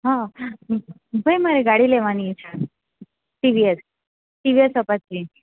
હાં ભઈ મારે ગાડી લેવાની છે ટીવીએસ ટીવીએસ અપાચી